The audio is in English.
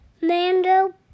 Mando